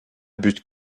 but